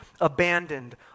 abandoned